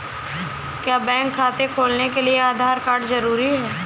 क्या बैंक खाता खोलने के लिए आधार कार्ड जरूरी है?